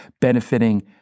benefiting